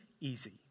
easy